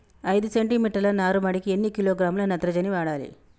ఐదు సెంటి మీటర్ల నారుమడికి ఎన్ని కిలోగ్రాముల నత్రజని వాడాలి?